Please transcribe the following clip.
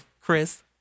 Chris